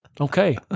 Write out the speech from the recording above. Okay